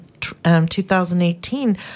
2018